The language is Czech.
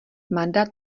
mandát